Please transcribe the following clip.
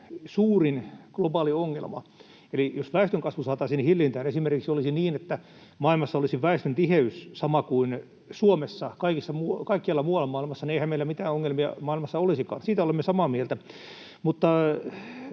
suurin globaali ongelma. Jos väestönkasvu saataisiin hillintään ja esimerkiksi olisi niin, että kaikkialla muualla maailmassa olisi väestöntiheys sama kuin Suomessa, niin eihän meillä mitään ongelmia maailmassa olisikaan. Siitä olemme samaa mieltä.